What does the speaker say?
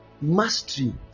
mastery